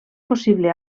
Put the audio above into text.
possible